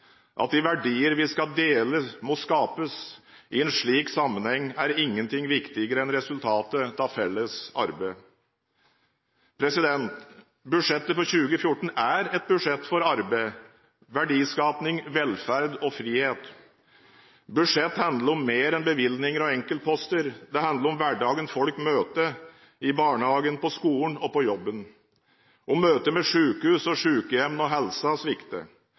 at de verdier vi skal dele, må skapes. I en slik sammenheng er ingenting viktigere enn resultatet av felles arbeid. Statsbudsjettet for 2014 er et budsjett for arbeid, verdiskaping, velferd og frihet. Budsjett handler om mer enn bevilgninger og enkeltposter. Det handler om den hverdagen folk møter i barnehagen, på skolen og på jobben, om møtet med sykehus og sykehjem når helsa svikter,